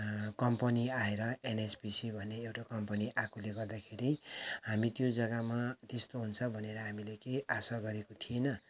company आएर NHPC भन्ने एउटा कम्पनी आएकोले गर्दाखेरि हामी त्यो जग्गामा त्यस्तो हुन्छ भनेर हामीले केही आशा गारेको थिइनँ